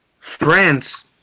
France